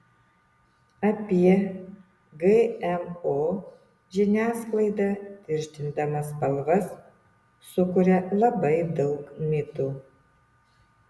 apie gmo žiniasklaida tirštindama spalvas sukuria labai daug mitų